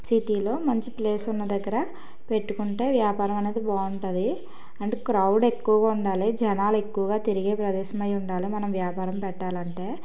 సిటీలో మంచి ప్లేస్ ఉన్న దగ్గర పెట్టుకుంటే వ్యాపారం అనేది బాగుంటుంది అంటే క్రౌడ్ ఎక్కువగా ఉండాలి జనాలు ఎక్కువగా తిరిగే ప్రదేశమై ఉండాలి మనం వ్యాపారం పెట్టాలంటే